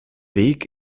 weg